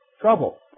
Trouble